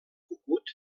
cucut